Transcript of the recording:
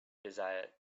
desired